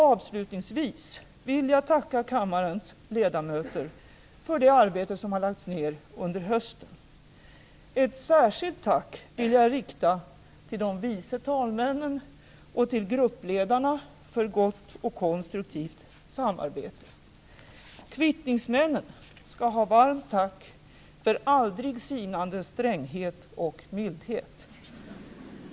Avslutningsvis vill jag tacka kammarens ledamöter för det arbete som har lagts ned under hösten. Ett särskilt tack vill jag rikta till de vice talmännen och till gruppledarna för gott och konstruktivt samarbete. Kvittningsmännen skall ha varmt tack för aldrig sinande stränghet och mildhet.